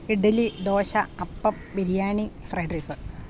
idli dosa appam biryani fried rice